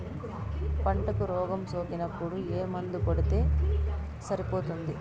పంటకు రోగం సోకినపుడు ఏ మందు కొడితే సరిపోతుంది?